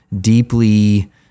deeply